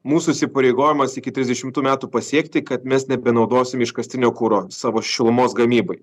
mūsų įsipareigojimas iki trisdešimtų metų pasiekti kad mes nebenaudosim iškastinio kuro savo šilumos gamybai